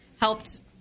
helped